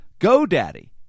GoDaddy